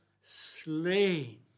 slain